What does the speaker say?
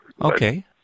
Okay